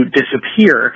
disappear